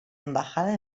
embajada